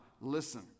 listen